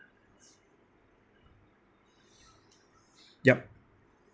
yup